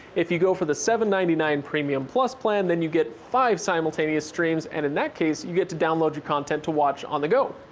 if you go for the seven point nine nine premium plus plan, then you get five simultaneous streams, and in that case, you get to download your content to watch on the go.